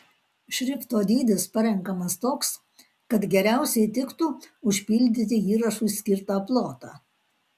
šrifto dydis parenkamas toks kad geriausiai tiktų užpildyti įrašui skirtą plotą